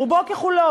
רובו ככולו,